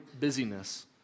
busyness